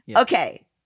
okay